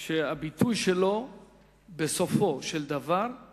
שהביטוי שלו בסופו של דבר הוא